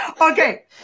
Okay